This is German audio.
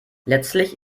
letztlich